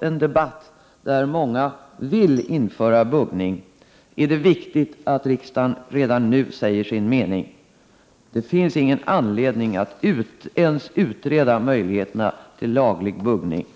en debatt där många säger att de vill införa buggning tyvärr har uppstått, är det viktigt att riksdagen redan nu säger sin mening. Det finns ingen anledning att ens utreda möjligheterna till laglig buggning.